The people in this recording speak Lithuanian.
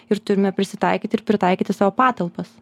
ir turime prisitaikyti ir pritaikyti savo patalpas